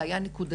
זה היה נקודתי.